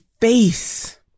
face